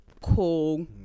cool